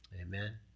Amen